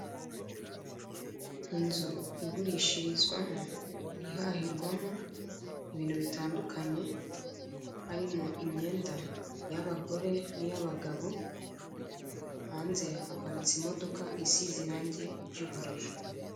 Inzu igurishirizwamo ihahirwamo ibitu bitandukanye, harimo inyenda y'abagore n'iy'abagabo hanze haparitse imodoka isize irange ry'ubururu.